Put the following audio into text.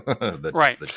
Right